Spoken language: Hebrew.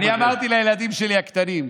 אני אמרתי לילדים שלי הקטנים,